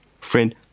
Friend